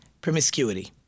promiscuity